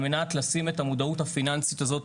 על מנת לשים את המודעות הפיננסית הזאת.